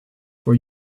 for